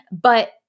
but-